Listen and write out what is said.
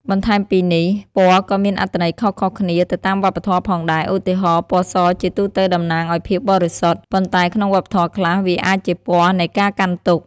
បន្ថែមពីនេះ ពណ៌ក៏មានអត្ថន័យខុសៗគ្នាទៅតាមវប្បធម៌ផងដែរ ឧទាហរណ៍ ពណ៌សជាទូទៅតំណាងឲ្យភាពបរិសុទ្ធ ប៉ុន្តែក្នុងវប្បធម៌ខ្លះវាអាចជាពណ៌នៃការកាន់ទុក្ខ។